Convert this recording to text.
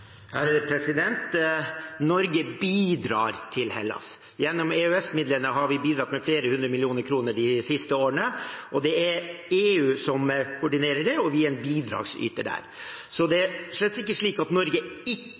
Norge bidrar til Hellas. Gjennom EØS-midlene har vi bidratt med flere hundre millioner kroner de siste årene. Det er EU som koordinerer det, og vi er bidragsyter. Det er slett ikke slik at Norge ikke